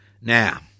Now